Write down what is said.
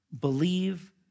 believe